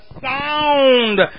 sound